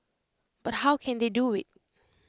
but how can they do IT